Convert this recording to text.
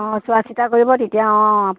অ' চোৱা চিতা কৰিব তেতিয়া অ'